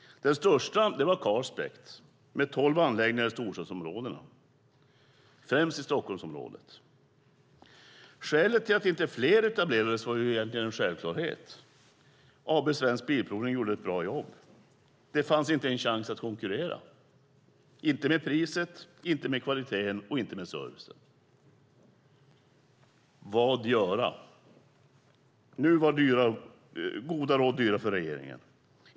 Den största var Carspect med tolv anläggningar i storstadsområden, främst i Stockholmsområdet. Skälet till att inte fler etablerade sig var egentligen en självklarhet. AB Svensk Bilprovning gjorde ett bra jobb. Det fanns inte en chans att konkurrera - inte med priset, inte med kvaliteten och inte med servicen. Vad göra? Nu var goda råd dyra för regeringen.